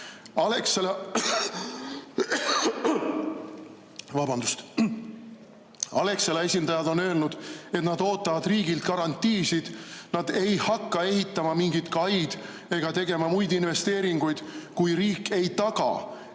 Alexela esindajad on öelnud, et nad ootavad riigilt garantiisid. Nad ei hakka ehitama mingit kaid ega tegema muid investeeringuid, kui riik ei taga,